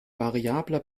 variabler